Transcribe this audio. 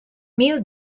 mil